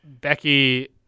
Becky